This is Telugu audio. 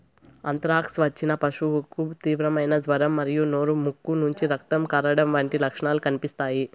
ఆంత్రాక్స్ వచ్చిన పశువుకు తీవ్రమైన జ్వరం మరియు నోరు, ముక్కు నుంచి రక్తం కారడం వంటి లక్షణాలు కనిపిస్తాయి